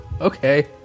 Okay